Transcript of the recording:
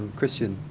christian.